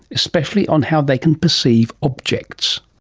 especially on how they can perceive objects.